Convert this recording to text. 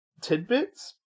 tidbits